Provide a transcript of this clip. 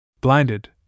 Blinded